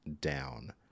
down